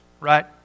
right